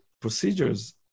procedures